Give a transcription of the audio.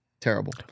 terrible